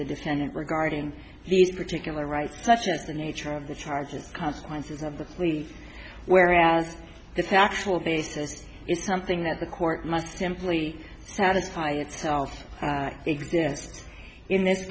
the defendant regarding these particular rights such as the nature of the charges consequences of the plea whereas the factual basis is something that the court must simply satisfy itself exists in this